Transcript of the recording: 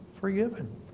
forgiven